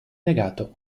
negato